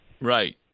Right